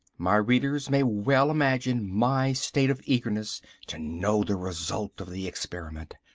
my readers may well imagine my state of eagerness to know the result of the experiment.